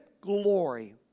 glory